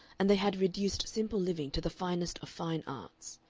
and they had reduced simple living to the finest of fine arts.